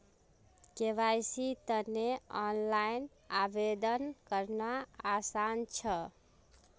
केवाईसीर तने ऑनलाइन आवेदन करना आसान छ